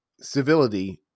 civility